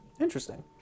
interesting